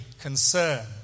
concern